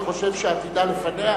וחושב שעתידה לפניה.